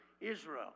Israel